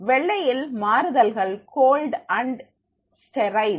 வெள்ளையில் மாறுதல்கள் cold and sterile